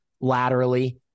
laterally